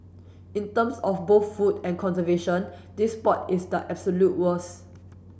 in terms of both food and conservation this spot is the absolute worst